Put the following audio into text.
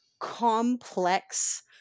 complex